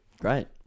Great